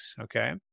Okay